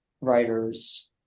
writers